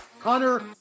Connor